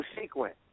sequence